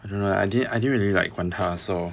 I don't know I didn't I didn't really like 管他 so